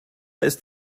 ist